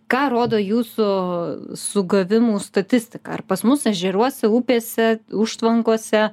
ką rodo jūsų sugavimų statistika ar pas mus ežeruose upėse užtvankose